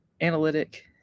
analytic